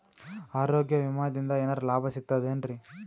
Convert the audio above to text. ಆರೋಗ್ಯ ವಿಮಾದಿಂದ ಏನರ್ ಲಾಭ ಸಿಗತದೇನ್ರಿ?